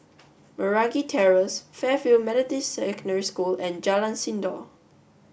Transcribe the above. Meragi Terrace Fairfield Methodist Secondary School and Jalan Sindor